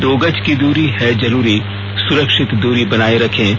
दो गज की दूरी है जरूरी सुरक्षित दूरी बनाए रखें